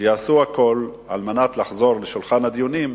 שיעשו הכול כדי לחזור לשולחן הדיונים,